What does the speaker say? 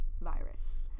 virus